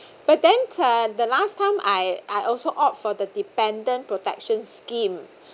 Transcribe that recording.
but then the the last time I I also opt for the dependent protection scheme